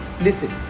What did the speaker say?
listen